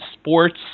sports